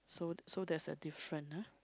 so so there's a difference ah